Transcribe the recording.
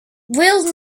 will